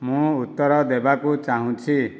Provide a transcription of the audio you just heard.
ମୁଁ ଉତ୍ତର ଦେବାକୁ ଚାହୁଁଛି